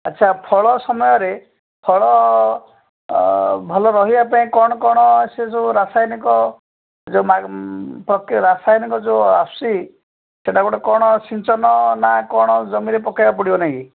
ଆଚ୍ଛା ଫଳ ସମୟରେ ଫଳ ଭଲ ରହିବା ପାଇଁ କ'ଣ କ'ଣ ସେ ସବୁ ରାସାୟନିକ ଯୋଉ ରାସାୟନିକ ଯୋଉ ଆସୁଛି ସେଇଟା ଗୋଟେ କ'ଣ ସିଞ୍ଚନ ନା କ'ଣ ଜମିରେ ପକେଇବାକୁ ପଡ଼ିବ ନାଇଁ କି